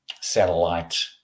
satellite